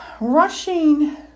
Rushing